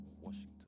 Washington